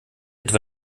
etwa